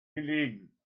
gelegen